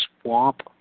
swamp